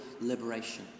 liberation